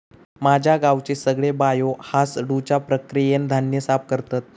माझ्या गावचे सगळे बायो हासडुच्या प्रक्रियेन धान्य साफ करतत